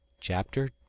Chapter